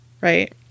Right